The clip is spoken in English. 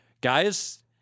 guys